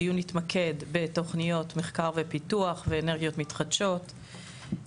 הדיון יתמקד בתוכניות מחקר ופיתוח ואנרגיות מתחדשות,